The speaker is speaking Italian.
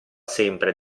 sempre